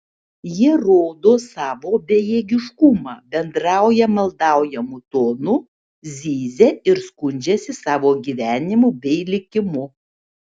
jie rodo savo bejėgiškumą bendrauja maldaujamu tonu zyzia ir skundžiasi savo gyvenimu bei likimu